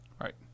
Right